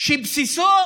שבסיסו